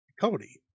Cody